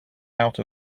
out